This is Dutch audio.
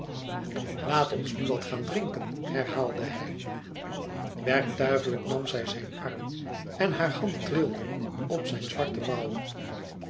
laat ons nu wat gaan drinken herhaalde hij werktuigelijk nam zij zijn arm en haar hand trilde op zijn zwarte mouw